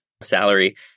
salary